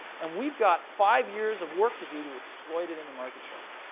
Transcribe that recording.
and we've got five years of work to do to exploit it in the marketplace.